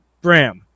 Bram